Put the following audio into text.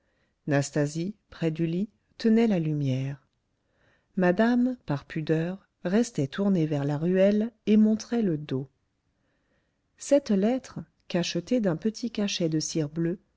nastasie près du lit tenait la lumière madame par pudeur restait tournée vers la ruelle et montrait le dos cette lettre cachetée d'un petit cachet de cire bleue